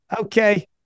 Okay